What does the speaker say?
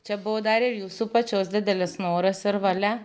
čia buvo dar ir jūsų pačios didelis noras ir valia